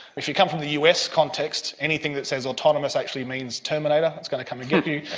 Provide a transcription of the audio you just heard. if you come from the us context, anything that says autonomous actually means terminator, it's going to come and get you.